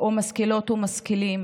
או משכילות ומשכילים.